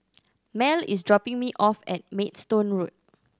Mell is dropping me off at Maidstone Road